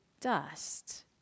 dust